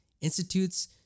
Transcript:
institutes